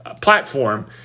platform